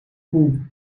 cool